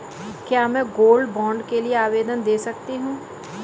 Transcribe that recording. क्या मैं gold bond के लिए आवेदन दे सकती हूँ?